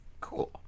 cool